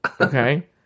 Okay